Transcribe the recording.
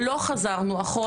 לא חזרנו אחורה,